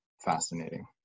fascinating